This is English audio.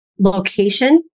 location